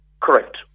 Correct